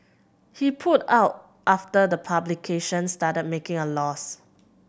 he pulled out after the publication started making a loss